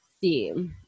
see